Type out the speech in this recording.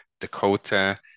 Dakota